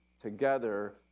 together